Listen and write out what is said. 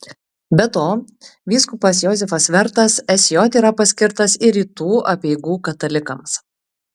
be to vyskupas josifas vertas sj yra paskirtas ir rytų apeigų katalikams